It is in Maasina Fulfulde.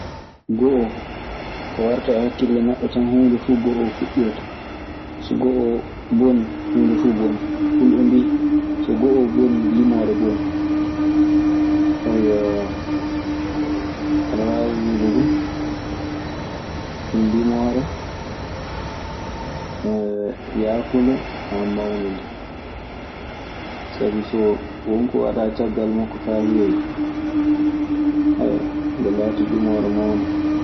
Go'oo, ko warta e hakkille neɗɗo tan, huunde fuu go'oo fuɗɗirta. So go'oo bonii, huunde fuu bonii. Fulɓe mbii "so go'oo bonii, limoore bonii.". Aɗe waawi wiide ɗun ɗun limoore yaafunde maa mawnde. Sabi so won ko waɗaa caggal makko faa heewi, nde laatoto limoore mawnde.